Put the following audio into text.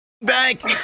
bank